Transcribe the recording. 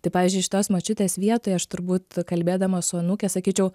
tai pavyzdžiui šitos močiutės vietoj aš turbūt kalbėdamas su anūke sakyčiau